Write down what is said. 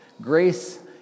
Grace